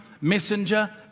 messenger